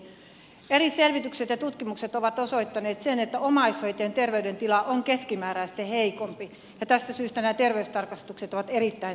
eri selvitykset ja tutkimukset ovat osoittaneet sen että omaishoitajien terveydentila on keskimääräistä heikompi ja tästä syystä nämä terveystarkastukset ovat erittäin tärkeitä